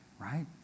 Right